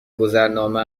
گذرنامه